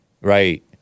right